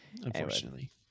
Unfortunately